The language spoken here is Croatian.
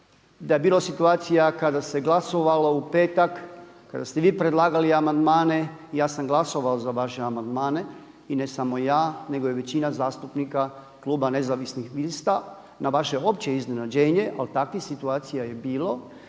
da je bilo situacija kada se glasovalo u petak, kada ste vi predlagali amandmane i ja sam glasovao za vaše amandmane, i ne samo ja nego i većina zastupnika kluba Nezavisnih lista na vaše opće iznenađenje, ali takvih situacija je bilo.